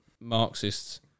marxists